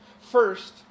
First